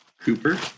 Cooper